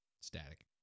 static